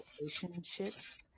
relationships